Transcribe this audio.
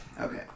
okay